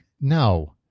no